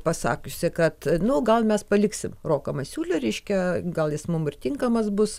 pasakiusi kad nu gal mes paliksim roką masiulį reiškia gal jis mum ir tinkamas bus